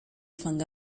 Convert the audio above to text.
fungi